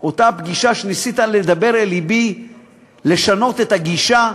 אותה פגישה שניסית לדבר אל לבי לשנות את הגישה?